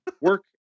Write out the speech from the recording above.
work